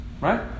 Right